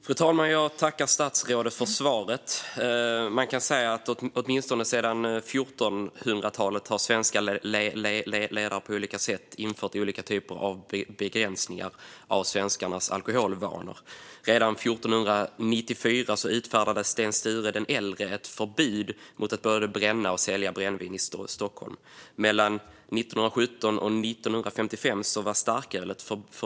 Fru talman! Jag tackar statsrådet för svaret. Åtminstone sedan 1400-talet har svenska ledare på olika sätt infört olika typer av begränsningar gällande svenskarnas alkoholvanor. Redan 1494 utfärdade Sten Sture den äldre ett förbud mot att både bränna och sälja brännvin i Stockholm. Mellan 1917 och 1955 var starköl förbjudet.